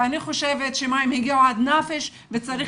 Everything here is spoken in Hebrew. ואני חושבת שמים הגיעו עד נפש וצריך